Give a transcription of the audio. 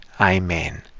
Amen